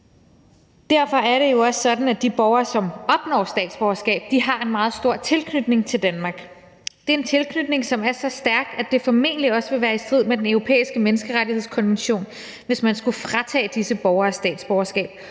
Derfor er det jo også sådan, at de borgere, som opnår statsborgerskab, har en meget stor tilknytning til Danmark. Det er en tilknytning, som er så stærk, at det formentlig også ville være i strid med Den Europæiske Menneskerettighedskonvention, hvis man skulle fratage disse borgere statsborgerskabet